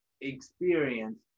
experience